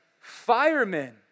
firemen